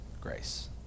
grace